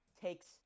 takes